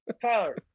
Tyler